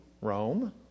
Rome